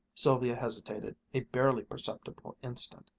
sylvia hesitated a barely perceptible instant,